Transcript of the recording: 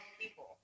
people